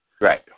Right